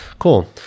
Cool